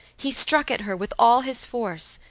he struck at her with all his force,